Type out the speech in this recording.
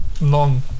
long